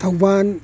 Thoubal